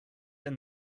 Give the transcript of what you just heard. and